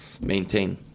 maintain